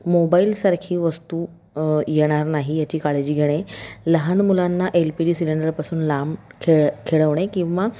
मोबाईलसारखी वस्तू येणार नाही याची काळजी घेणे लहान मुलांना एल पी जी सिलेंडरपासून लांब खेळ खेळवणे किंवा